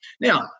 Now